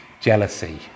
Jealousy